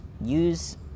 use